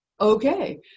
okay